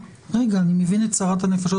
אני מבין את סערת הנפש.